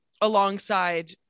alongside